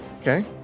Okay